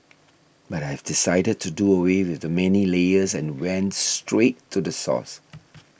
but I've decided to do away with the many layers and went straight to the source